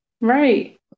Right